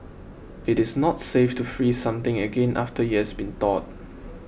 it is not safe to freeze something again after it has been thawed